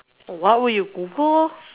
what would you prefer